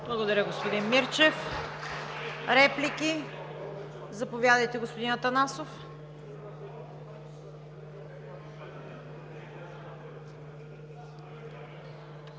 Благодаря, господин Мирчев. Реплики? Заповядайте, господин Атанасов.